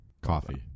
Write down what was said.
Coffee